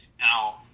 Now